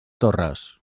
torres